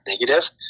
negative